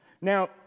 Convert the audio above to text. Now